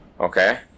Okay